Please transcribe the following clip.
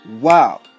wow